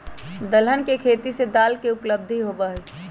दलहन के खेती से दाल के उपलब्धि होबा हई